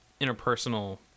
interpersonal